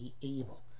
evil